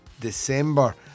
December